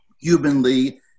humanly